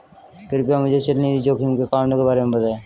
कृपया मुझे चल निधि जोखिम के कारणों के बारे में बताएं